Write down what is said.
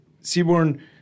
Seaborn